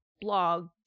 blog